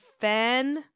fan